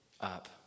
up